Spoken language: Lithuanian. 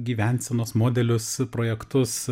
gyvensenos modelius projektus